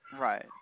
Right